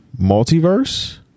multiverse